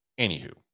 Anywho